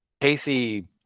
casey